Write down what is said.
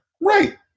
Right